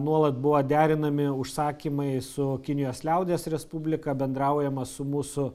nuolat buvo derinami užsakymai su kinijos liaudies respublika bendraujama su mūsų